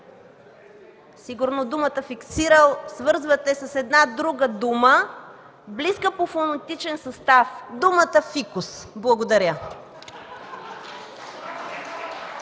сигурно думата „фиксирал” свързвате с една друга дума, близка по фонетичен състав – думата „фикус”. Благодаря.